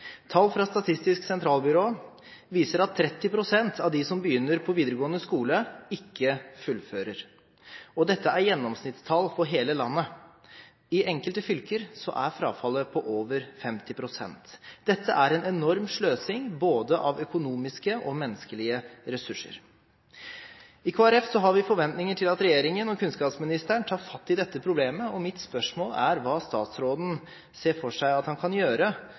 Tall fra Statistisk sentralbyrå viser at 30 pst. av dem som begynner på videregående skole, ikke fullfører. Dette er gjennomsnittstall for hele landet. I enkelte fylker er frafallet på over 50 pst. Dette er en enorm sløsing av både økonomiske og menneskelige ressurser. I Kristelig Folkeparti har vi forventninger til at regjeringen og kunnskapsministeren tar fatt i dette problemet, og mitt spørsmål er hva statsråden ser for seg at han kan gjøre